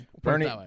Bernie